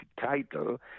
title